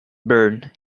burn